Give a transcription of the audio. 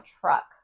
truck